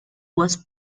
was